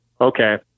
okay